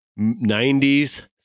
90s